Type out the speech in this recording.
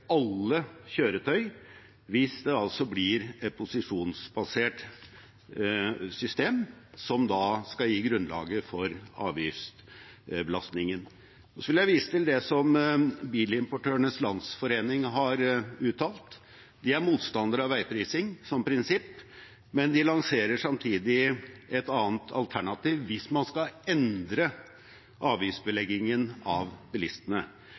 alle kjøretøy, hvis det altså blir et posisjonsbasert system som skal gi grunnlaget for avgiftsbelastningen. Så vil jeg vise til det som Bilimportørenes Landsforening har uttalt. De er motstandere av veiprising som prinsipp, men de lanserer samtidig et annet alternativ, hvis man skal endre avgiftsbeleggingen av bilistene,